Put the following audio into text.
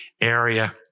area